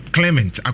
Clement